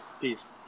Peace